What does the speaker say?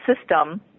system